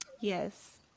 Yes